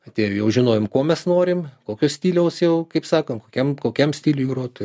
atėjo jau žinojom ko mes norim kokio stiliaus jau kaip sakant kokiam kokiam stiliui grot